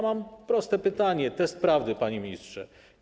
Mam proste pytanie, test na prawdę, panie ministrze.